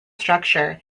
structure